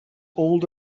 old